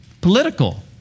political